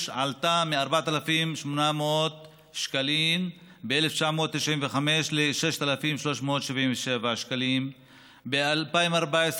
עלתה מ-4,819 שקלים ב-1995 ל-6,377 שקלים ב-2014.